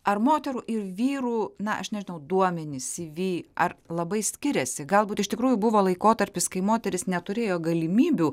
ar moterų ir vyrų na aš nežinau duomenys sivi ar labai skiriasi galbūt iš tikrųjų buvo laikotarpis kai moterys neturėjo galimybių